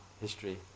history